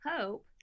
hope